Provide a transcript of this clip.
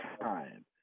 time